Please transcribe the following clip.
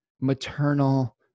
maternal